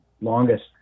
longest